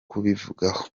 kubivugaho